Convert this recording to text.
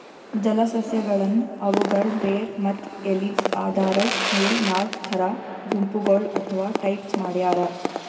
ಜಲಸಸ್ಯಗಳನ್ನ್ ಅವುಗಳ್ ಬೇರ್ ಮತ್ತ್ ಎಲಿದ್ ಆಧಾರದ್ ಮೆಲ್ ನಾಲ್ಕ್ ಥರಾ ಗುಂಪಗೋಳ್ ಅಥವಾ ಟೈಪ್ಸ್ ಮಾಡ್ಯಾರ